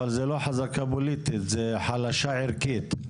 אבל זה לא חזקה פוליטית, זה חלשה ערכית.